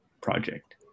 project